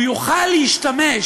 הוא יוכל להשתמש